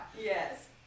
Yes